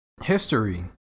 history